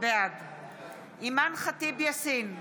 בעד אימאן ח'טיב יאסין,